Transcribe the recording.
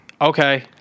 Okay